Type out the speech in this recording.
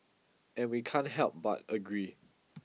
and we can't help but agree